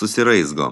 susiraizgo